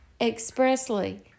expressly